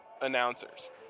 announcers